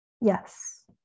Yes